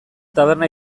taberna